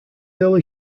early